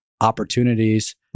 opportunities